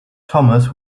thomas